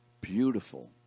beautiful